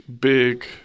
big